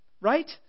Right